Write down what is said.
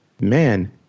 man